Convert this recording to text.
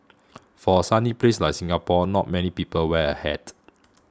for a sunny place like Singapore not many people wear a hat